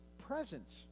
presence